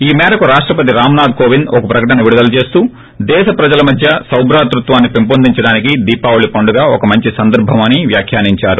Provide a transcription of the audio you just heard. ఈ మేరకు రాష్ట్రపతి రామ్నాధ్ కోవింద్ ఒక ప్రకటన విడుదల చేస్తూ దేశప్రజల మధ్య సోహ్రాతృత్వాన్ని పెంపొందించుకోవడానికి దీపావళి పండుగ ఒక మంచి సందర్బమని వ్యాఖ్యానించారు